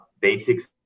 basics